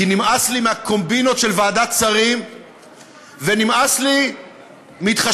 כי נמאס לי מהקומבינות של ועדת שרים ונמאס לי מהתחשבנויות